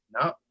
no